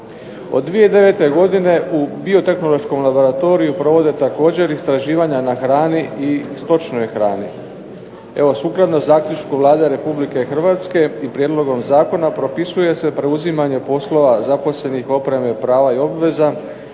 Od 2009. godine u biotehnološkom laboratoriju provode također istraživanja na hrani i stočnoj hrani. Evo sukladno zaključku Vlade Republike Hrvatske i prijedlogom zakona propisuje se preuzimanje poslova zaposlenih, opreme, prava i obveza